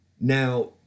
Now